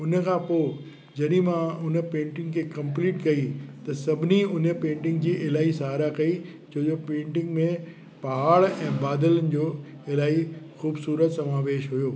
उन खां पोइ जॾहिं मां उन पेंटिंग खे कंप्लीट कई त सभिनी उन पेंटिंग जी इलाही सहारा कई छो जो पेंटिंग में पहाड़ ऐं बादलनि जो इलाही खूबसूरत समावेश हुयो